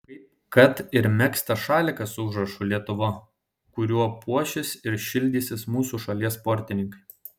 kaip kad ir megztas šalikas su užrašu lietuva kuriuo puošis ir šildysis mūsų šalies sportininkai